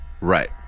Right